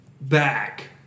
back